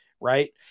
Right